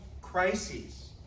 crises